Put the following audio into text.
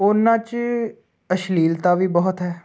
ਉਹਨਾਂ 'ਚ ਅਸ਼ਲੀਲਤਾ ਵੀ ਬਹੁਤ ਹੈ